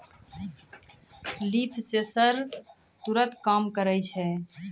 leaf sensor तुरत काम करै छै